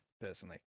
personally